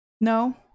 No